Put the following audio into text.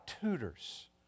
tutors